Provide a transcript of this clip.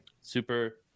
super